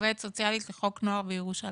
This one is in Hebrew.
עובדת סוציאלית לחוק נוער בירושלים.